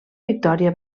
victòria